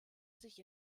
sich